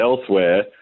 elsewhere